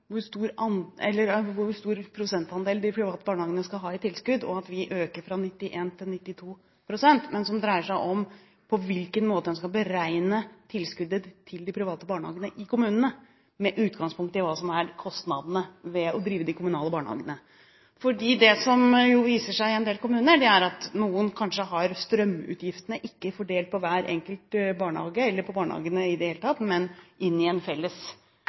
hvor stor prosentandel de private barnehagene skal ha i tilskudd, og at vi øker fra 91 pst. til 92 pst., men om på hvilken måte en skal beregne tilskuddet til de private barnehagene i kommunene, med utgangspunkt i hva som er kostnadene ved å drive de kommunale barnehagene. For det som viser seg i en del kommuner, er at f.eks. strømutgiftene ikke er fordelt på hver enkelt barnehage eller på barnehagene i det hele tatt, men ligger inne i en felles